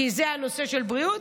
כי זה נושא של בריאות.